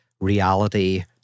reality